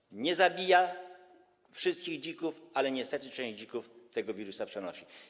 Wirus ten nie zabija wszystkich dzików, ale niestety część dzików tego wirusa przenosi.